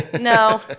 No